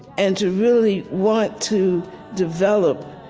and to really want to develop,